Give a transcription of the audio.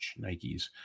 Nikes